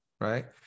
right